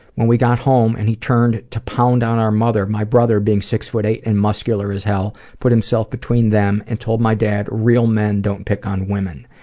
when we got home and he turned to pound on our mother, my brother, being six-foot-eight and muscular as hell, put himself between them and told my dad, real men don't pick on women.